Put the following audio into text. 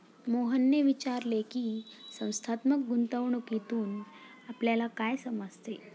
मोहनने विचारले की, संस्थात्मक गुंतवणूकीतून आपल्याला काय समजते?